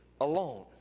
alone